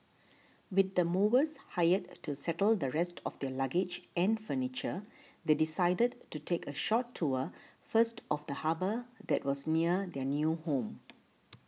with the movers hired to settle the rest of their luggage and furniture they decided to take a short tour first of the harbour that was near their new home